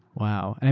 wow, and